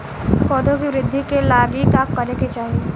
पौधों की वृद्धि के लागी का करे के चाहीं?